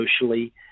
socially